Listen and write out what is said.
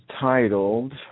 titled